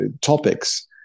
topics